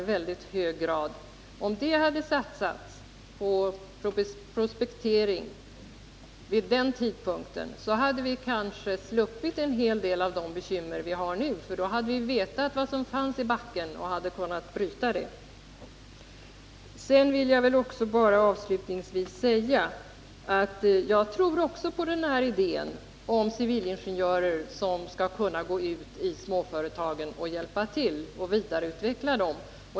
Om dessa pengar vid den tidpunkten hade satsats på prospektering hade vi kanske sluppit en hel del av de bekymmer vi nu har. Då hade vi vetat vad som finns i backen och hade kunnat bryta det. Jag tror också på idén om civilingenjörer som går ut i småföretagen och hjälper till att utveckla dem.